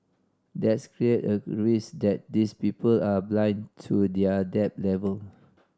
that's clear a risk that these people are blind to their debt level